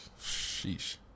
Sheesh